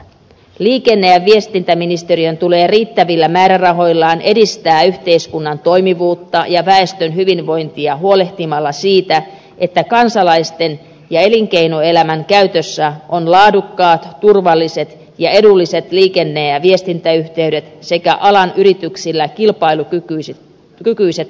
liikenne ja viestintäministeriön tulee riittävillä määrärahoilla edistää yhteiskunnan toimivuutta ja väestön hyvinvointia huolehtimalla siitä että kansalaisten ja elinkeinoelämän käytössä on laadukkaat turvalliset ja edulliset liikenne ja viestintäyhteydet sekä alan yrityksillä kilpailukykyiset toimintamahdollisuudet